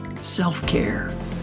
self-care